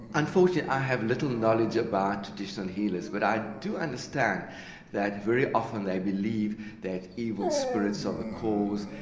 unfortunately i have little knowledge about traditional healers, but i do understand that very often they believe that evil spirits are the cause,